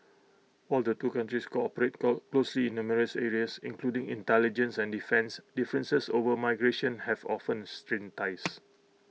while the two countries cooperate call closely in numerous areas including intelligence and defence differences over migration have often strained ties